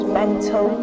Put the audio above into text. mental